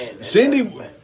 Cindy